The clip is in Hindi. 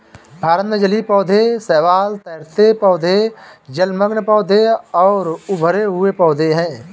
भारत में जलीय पौधे शैवाल, तैरते पौधे, जलमग्न पौधे और उभरे हुए पौधे हैं